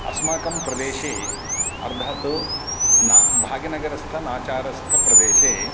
अस्माकं प्रदेशे अर्थात् न भाग्यनगरस्थ नाचारस्थप्रदेशे